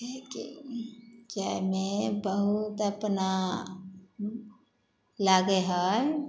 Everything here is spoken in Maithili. किएमे बहुत अपना लागै हइ